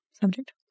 subject